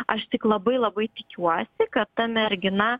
aš tik labai labai tikiuosi kad ta mergina